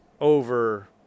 over